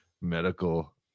medical